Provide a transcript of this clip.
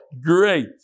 great